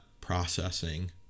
processing